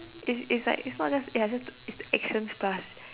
it's it's like it's not just like is the action stuff